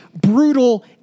brutal